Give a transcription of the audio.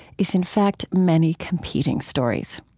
is in fact many competing stories.